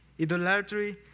idolatry